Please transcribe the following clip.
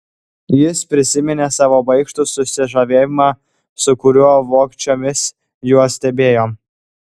jis prisiminė savo baikštų susižavėjimą su kuriuo vogčiomis juos stebėjo